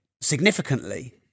significantly